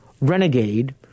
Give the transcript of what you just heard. Renegade